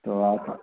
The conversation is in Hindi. तो आप